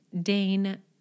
Dane